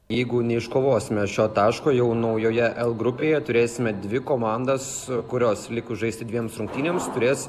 jeigu neiškovosime šio taško jau naujoje l grupėje turėsime dvi komandas kurios likus žaisti dviems rungtynėms turės